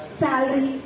salary